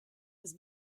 was